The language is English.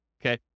okay